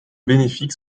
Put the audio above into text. bénéfique